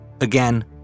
Again